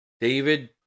David